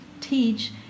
teach